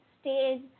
stage